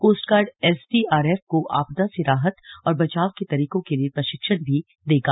coast guard SDRF को आपदा से राहत और बचाव के तरीकों के लिए प्रशिक्षण भी देगा